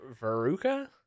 veruca